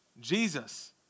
Jesus